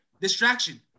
Distraction